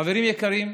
חברים יקרים,